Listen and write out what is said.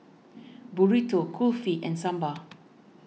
Burrito Kulfi and Sambar